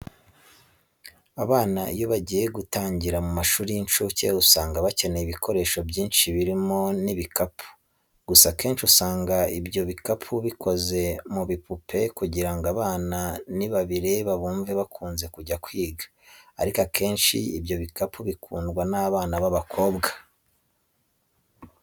Abana iyo bagiye gutangira mu mashuri y'incuke, usanga bakenera ibikoresho byinshi birimo n'ibikapu. Gusa akenshi usanga ibyo bikapu bikoze mu bipupe kugira ngo abana nibabireba bumve bakunze kujya kwiga, ariko akenshi ibyo bikapu bikundwa n'abana b'abakobwa.